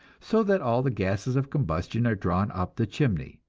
so that all the gases of combustion are drawn up the chimney.